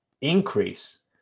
increase